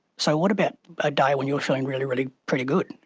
so what about a day when you are feeling really really pretty good,